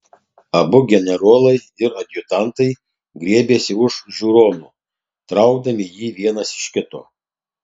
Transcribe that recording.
abu generolai ir adjutantai griebėsi už žiūrono traukdami jį vienas iš kito